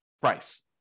price